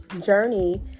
journey